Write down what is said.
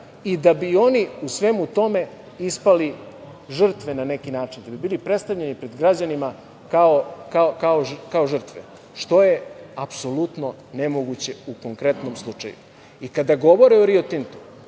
da bi oni u svemu tome ispali žrtve na neki način. Da bi bili predstavljeni pred građanima kao žrtve, što je apsolutno nemoguće u konkretnom slučaju. Kada govore o Rio Tintu,